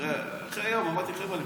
אחרי יום אמרתי: חבר'ה,